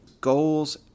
goals